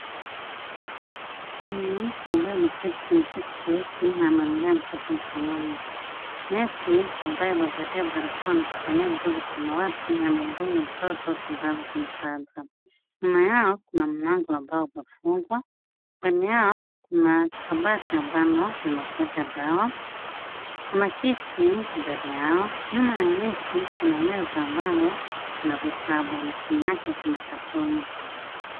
Kuna mwanamke ambaye ameketi kwenye kiti cheusi na amemlea mtoto mkononi. Nesi ambaye amevalia barakoa na kuvalia nguo za samawati, anamdunga mtoto sindano kwenye paja. Nyuma yao kuna mlango ambao umefungwa. Upande yao kuna kabati ambalo ni la kuweka dawa. Kuna kiti mbele yao. Nyuma ya nesi kuna meza ambayo ina vitabu na chini yake kuna katoni.